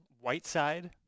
Whiteside